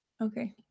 Okay